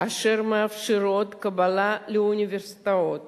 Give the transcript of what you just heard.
אשר מאפשרות קבלה לאוניברסיטאות